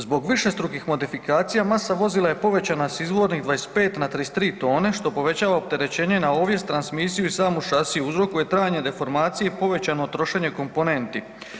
Zbog višestrukih modifikacija masa vozila je povećana s izvornih 25 na 33 tone što povećava opterećenje na ovjes, transmisiju i samu šasiju, uzrokuje trajne deformacije i povećano trošenje komponenti.